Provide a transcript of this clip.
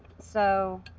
so,